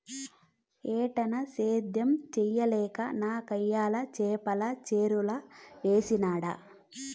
ఏటన్నా, సేద్యం చేయలేక నాకయ్యల చేపల చెర్లు వేసినాడ